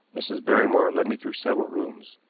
mrs. barrymore led me through several rooms,